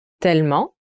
tellement